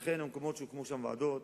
לכן במקומות שהוקמו שם ועדות,